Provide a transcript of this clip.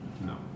No